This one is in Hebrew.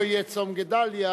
לא יהיה בצום גדליה.